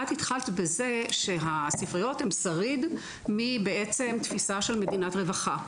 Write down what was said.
את התחלת בזה שהספריות הן שריד מבעצם תפיסה של מדינת רווחה,